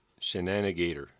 Shenanigator